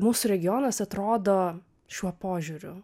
mūsų regionas atrodo šiuo požiūriu